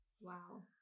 Wow